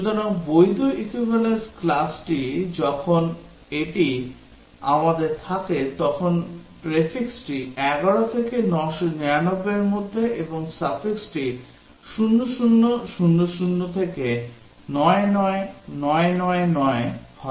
সুতরাং বৈধ equivalence classটি যখন এটি আমাদের থাকে তখন prefixটি 11 থেকে 999 এর মধ্যে এবং suffixটি 0000 থেকে 99999 হয়